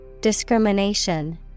Discrimination